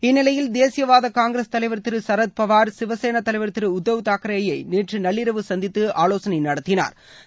இந்நிலையில் தேசியவாத காங்கிரஸ் தலைவர் திரு சரத்பவார் சிவசேனா தலைவர் திரு உத்தவ் தாக்கரேயை நேற்று நள்ளிரவு சந்தித்து ஆலோசனை நடத்தினாா்